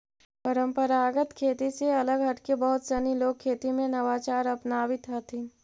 परम्परागत खेती से अलग हटके बहुत सनी लोग खेती में नवाचार अपनावित हथिन